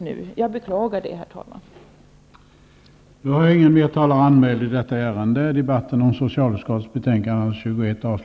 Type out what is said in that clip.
Jag beklagar, herr talman, att det ligger till på det här sättet.